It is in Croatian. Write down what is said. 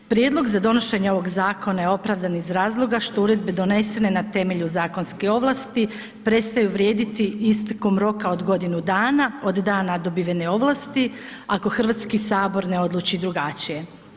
Prijedlog za donošenje ovog zakona je opravdan iz razloga što uredbe donesene na temelju zakonske ovlasti prestaju vrijediti istekom roka od godinu od dana dobivene ovlasti, ako HS ne odluči drugačije.